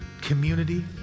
community